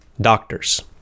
doctors